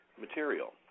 material